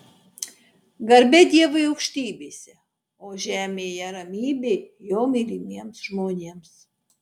garbė dievui aukštybėse o žemėje ramybė jo mylimiems žmonėms